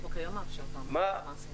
דגנית,